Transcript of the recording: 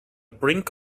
brink